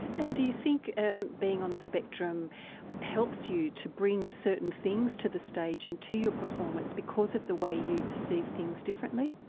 and do you think ah being on the spectrum helps you to bring certain things to the stage and to your performance because of the way you perceive things differently?